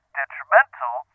detrimental